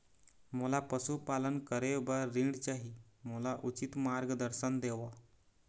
मोला पशुपालन करे बर ऋण चाही, मोला उचित मार्गदर्शन देव?